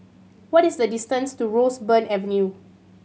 what is the distance to Roseburn Avenue